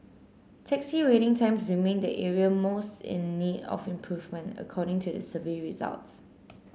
taxi waiting times remained the area most in need of improvement according to the survey results